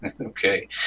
Okay